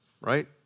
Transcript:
right